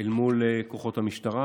אל מול כוחות המשטרה,